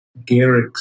Garrix